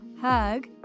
hug